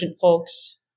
folks